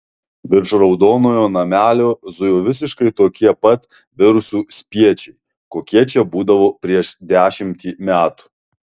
virš raudonojo namelio zujo visiškai tokie pat virusų spiečiai kokie čia būdavo prieš dešimtį metų